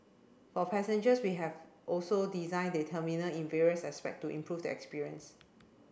for passengers we have also designed the terminal in various aspect to improve the experience